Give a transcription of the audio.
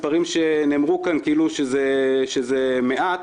נאמרו כאן מספרים שהם אולי לא גבוהים,